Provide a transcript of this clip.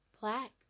Black